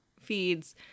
feeds